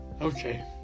Okay